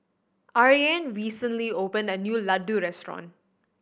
Ariane recently opened a new Ladoo Restaurant